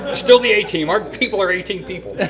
ah still the a team. our people are a team people.